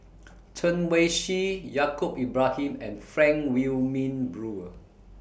Chen Wen Hsi Yaacob Ibrahim and Frank Wilmin Brewer